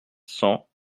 cent